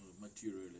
materially